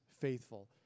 faithful